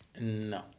No